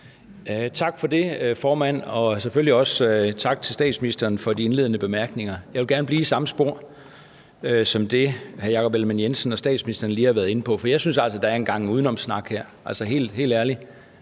Tak for det, formand. Og selvfølgelig også tak til statsministeren for de indledende bemærkninger. Jeg vil gerne blive i det samme spor, som hr. Jakob Ellemann-Jensen og statsministeren lige har været inde på, for jeg synes altså, der er en gang udenomssnak her. Altså, helt ærligt.